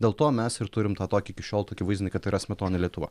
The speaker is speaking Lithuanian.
dėl to mes ir turim tą tokį iki šiol tokį vaizdinį kad tai yra smetoninė lietuva